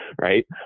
right